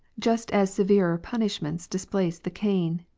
just as severer punish ments displace the cane.